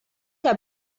herr